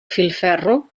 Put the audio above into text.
filferro